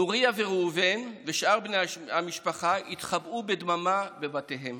נוריה וראובן ושאר בני המשפחה התחבאו בדממה בבתיהם.